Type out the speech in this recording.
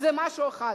זה משהו אחד.